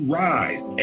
rise